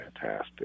fantastic